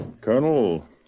Colonel